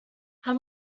how